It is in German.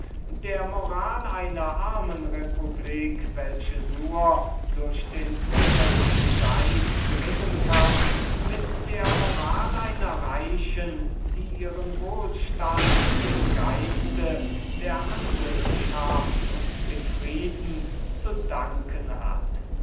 der moral einer armen republik welche nur durch den kriegerischen geist gewinnen kann mit der moral einer reichen die ihren wohlstand dem geist der handelschaft und dem frieden zu danken hat